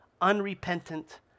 unrepentant